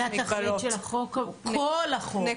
זה התכלית של החוק, כל החוק, חוץ מהתיקון הזה.